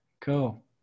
Cool